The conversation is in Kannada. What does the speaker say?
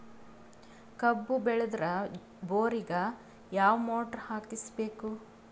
ಕಬ್ಬು ಬೇಳದರ್ ಬೋರಿಗ ಯಾವ ಮೋಟ್ರ ಹಾಕಿಸಬೇಕು?